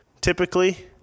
Typically